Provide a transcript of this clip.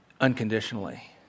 unconditionally